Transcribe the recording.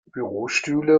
bürostühle